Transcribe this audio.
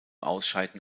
ausscheiden